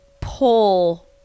pull